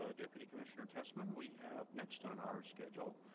ah deputy commissioner tessman, we have next on our schedule,